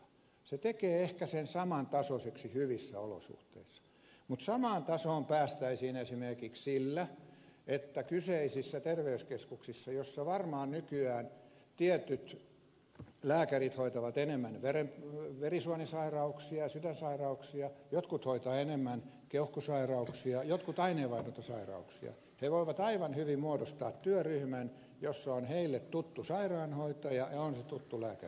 se tekee ehkä sen samantasoiseksi hyvissä olosuhteissa mutta samaan tasoon päästäisiin esimerkiksi sillä että kyseisissä terveyskeskuksissa joissa varmaan nykyään tietyt lääkärit hoitavat enemmän verisuonisairauksia sydänsairauksia jotkut hoitavat enemmän keuhkosairauksia jotkut aineenvaihduntasairauksia he voivat aivan hyvin muodostaa työryhmän jossa on heille tuttu sairaanhoitaja ja on se tuttu lääkäri